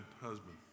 husband